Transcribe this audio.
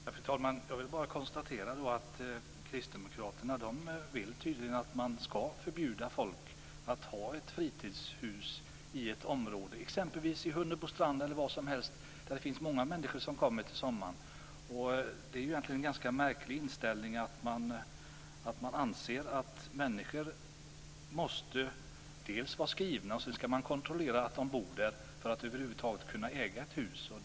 Fru talman! Då vill jag bara konstatera att kristdemokraterna tydligen vill att man ska förbjuda folk att ha fritidshus i ett visst område, exempelvis Hunnebostrand eller var som helst där det kommer många människor på sommaren. Det är egentligen en ganska märklig inställning att man anser att människor måste vara skrivna på ett ställe, och så ska man kontrollera att de bor där, för att över huvud taget kunna äga ett hus.